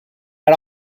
had